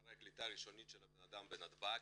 אחרי הקליטה הראשונית של הבנאדם בנתב"ג,